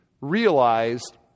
realized